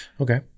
okay